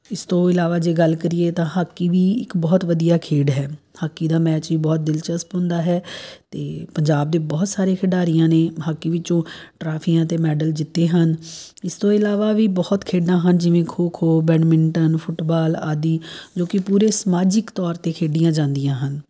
ਇਸ ਤੋਂ ਇਲਾਵਾ ਜੇ ਗੱਲ ਕਰੀਏ ਤਾਂ ਹਾਕੀ ਵੀ ਇੱਕ ਬਹੁਤ ਵਧੀਆ ਖੇਡ ਹੈ ਹਾਕੀ ਦਾ ਮੈਚ ਵੀ ਬਹੁਤ ਦਿਲਚਸਪ ਹੁੰਦਾ ਹੈ ਅਤੇ ਪੰਜਾਬ ਦੇ ਬਹੁਤ ਸਾਰੇ ਖਿਡਾਰੀਆਂ ਨੇ ਹਾਕੀ ਵਿੱਚੋਂ ਟਰਾਫੀਆਂ ਅਤੇ ਮੈਡਲ ਜਿੱਤੇ ਹਨ ਇਸ ਤੋਂ ਇਲਾਵਾ ਵੀ ਬਹੁਤ ਖੇਡਾਂ ਹਨ ਜਿਵੇਂ ਖੋ ਖੋ ਬੈਡਮਿੰਟਨ ਫੁੱਟਬਾਲ ਆਦਿ ਜੋ ਕਿ ਪੂਰੇ ਸਮਾਜਿਕ ਤੌਰ 'ਤੇ ਖੇਡੀਆਂ ਜਾਂਦੀਆਂ ਹਨ